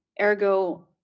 Ergo